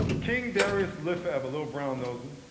king darius live forever. little brown knowing.